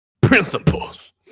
Principles